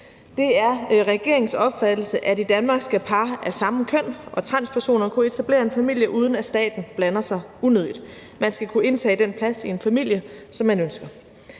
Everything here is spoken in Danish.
Det er regeringens opfattelse, at i Danmark skal par af samme køn og transpersoner kunne etablere en familie, uden at staten blander sig unødigt. Man skal kunne indtage den plads i en familie, som man ønsker.